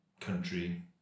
country